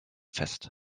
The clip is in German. fest